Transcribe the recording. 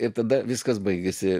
ir tada viskas baigiasi